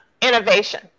innovation